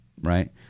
right